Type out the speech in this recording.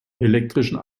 elektrischen